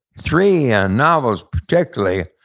three yeah novels particularly,